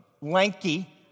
lanky